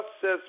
says